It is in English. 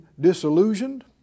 disillusioned